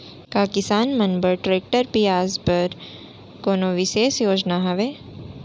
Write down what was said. का किसान मन बर ट्रैक्टर बिसाय बर कोनो बिशेष योजना हवे?